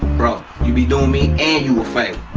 bro, you be doing me and you a favor.